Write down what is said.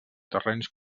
terrenys